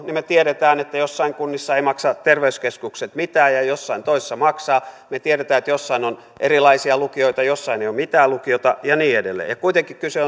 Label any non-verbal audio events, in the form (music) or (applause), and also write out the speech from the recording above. niin me tiedämme että joissain kunnissa terveyskeskukset eivät maksa mitään ja joissain toisissa maksavat me tiedämme että joissain on erilaisia lukioita joissain ei ole mitään lukioita ja niin edelleen ja kuitenkin kyse (unintelligible)